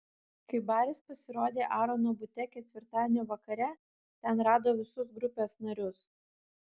kai baris pasirodė aarono bute ketvirtadienio vakare ten rado visus grupės narius